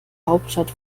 hauptstadt